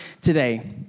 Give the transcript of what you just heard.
today